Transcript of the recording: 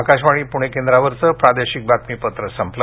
आकाशवाणी पुणे केंद्रावरचं प्रादेशिक बातमीपत्र संपलं